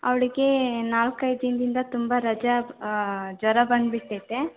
ಅವಳಿಗೆ ನಾಲ್ಕೈದಿಂದಿಂದ ತುಂಬಾ ರಜ ಜ್ವರ ಬಂದ್ಬಿಟ್ಟೈತೆ